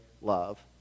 love